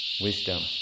wisdom